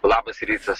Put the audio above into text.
labas rytas